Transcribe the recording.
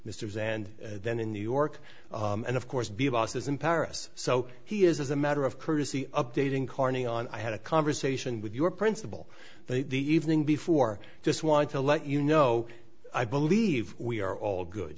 misters and then in new york and of course be bosses in paris so he is as a matter of courtesy updating carney on i had a conversation with your principal the evening before i just want to let you know i believe we are all good